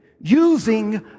using